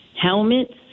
helmets